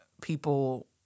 people